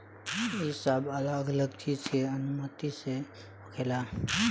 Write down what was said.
ई सब अलग अलग चीज के अनुमति से होखेला